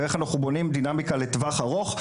ואיך אנחנו בונים דינמיקה לטווח ארוך.